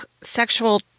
sexual